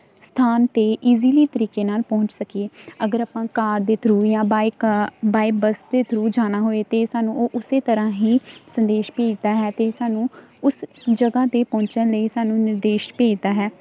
ਸਥਾਨ 'ਤੇ ਈਜ਼ੀਲੀ ਤਰੀਕੇ ਨਾਲ ਪਹੁੰਚ ਸਕੀਏ ਅਗਰ ਆਪਾਂ ਕਾਰ ਦੇ ਥਰੂ ਜਾਂ ਬਾਈਕ ਬਾਏ ਬੱਸ ਦੇ ਥਰੂ ਜਾਣਾ ਹੋਏ ਤਾਂ ਸਾਨੂੰ ਉਹ ਉਸ ਤਰ੍ਹਾਂ ਹੀ ਸੰਦੇਸ਼ ਭੇਜਦਾ ਹੈ ਅਤੇ ਸਾਨੂੰ ਉਸ ਜਗ੍ਹਾ 'ਤੇ ਪਹੁੰਚਣ ਲਈ ਸਾਨੂੰ ਨਿਰਦੇਸ਼ ਭੇਜਦਾ ਹੈ